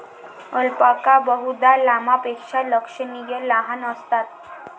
alpaca बहुधा लामापेक्षा लक्षणीय लहान असतात